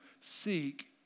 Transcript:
seek